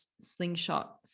slingshot